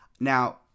Now